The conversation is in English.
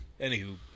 Anywho